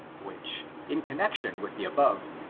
which, in connection with the above,